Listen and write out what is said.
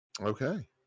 Okay